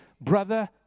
brother